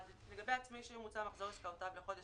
(1) לגבי עצמאי שממוצע מחזור עסקאותיו לחודש